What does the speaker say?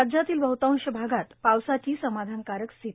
राज्यातील बहतांश भागात पावसाची समाधानकारक स्थिती